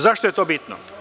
Zašto je to bitno?